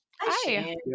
Hi